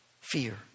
fear